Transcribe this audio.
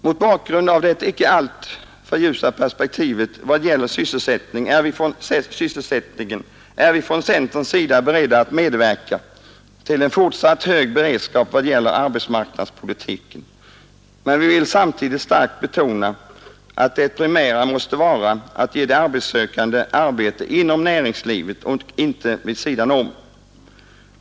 Mot bakgrunden av det således inte alltför ljusa perspektivet beträffande sysselsättningen är vi från centerns sida beredda att medverka till en fortsatt hög beredskap när det gäller arbetsmarknadspolitiken. Men vi vill samtidigt starkt betona att det primära måste vara att ge de arbetssökande arbete inom näringslivet, inte vid sidan om.